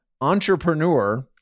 Entrepreneur